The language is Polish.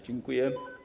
Dziękuję.